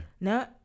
no